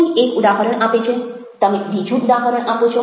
કોઈ એક ઉદાહરણ આપે છે તમે બીજું ઉદાહરણ આપો છો